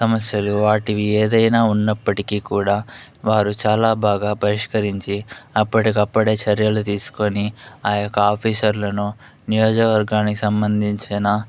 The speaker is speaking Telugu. సమస్యలు వాటివి ఏదైనా ఉన్నప్పటికీ కూడా వారు చాలా బాగా పరిష్కరించి అప్పటికప్పుడే చర్యలు తీసుకొని ఆ యొక్క ఆఫీసర్లను నియోజకవర్గానికి సంబంధించిన